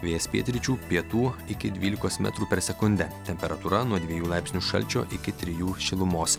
vėjas pietryčių pietų iki dvylikos metrų per sekundę temperatūra nuo dviejų laipsnių šalčio iki trijų šilumos